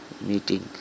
meeting